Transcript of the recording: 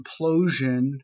implosion